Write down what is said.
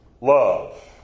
Love